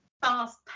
fast